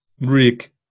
Rick